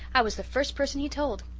i was the first person he told.